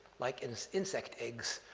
like and insect eggs,